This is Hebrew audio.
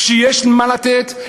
כשיש ממה לתת,